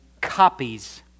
copies